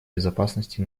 безопасности